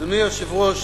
אדוני היושב-ראש,